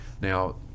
Now